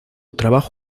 trabajo